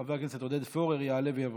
חבר הכנסת עודד פורר יעלה ויבוא.